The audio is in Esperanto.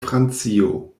francio